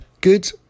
good